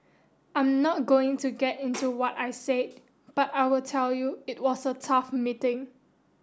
I'm not going to get into what I said but I will tell you it was a tough meeting